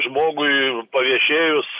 žmogui paviešėjus